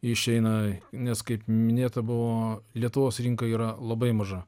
išeina nes kaip minėta buvo lietuvos rinka yra labai maža